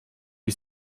wie